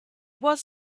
was